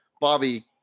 bobby